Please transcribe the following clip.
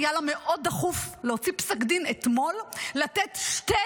היה לה מאוד דחוף להוציא פסק דין אתמול לתת שתי